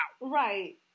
right